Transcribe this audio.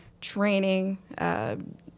training